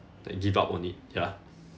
then give up on it ya